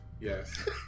Yes